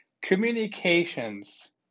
communications